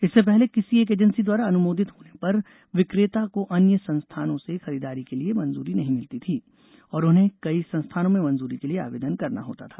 इससे पहले किसी एक एजेंसी द्वारा अनुमोदित होने पर विक्रेता को अन्य संस्थानों से खरीददारी के लिए मंजूरी नहीं मिलती थी और उन्हें कई संस्थानों में मंजूरी के लिए आवेदन करना होता था